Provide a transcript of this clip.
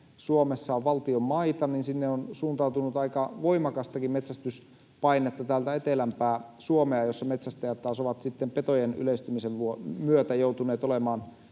Suomessa on valtion maita, niin sinne on suuntautunut aika voimakastakin metsästyspainetta täältä etelämmästä Suomesta, jossa metsästäjät taas ovat petojen yleistymisen myötä joutuneet olemaan